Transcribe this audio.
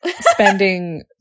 spending